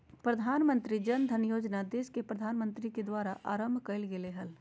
प्रधानमंत्री जन धन योजना देश के प्रधानमंत्री के द्वारा आरंभ कइल गेलय हल